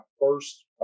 first